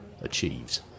achieves